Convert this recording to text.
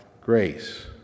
grace